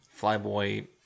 flyboy